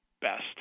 best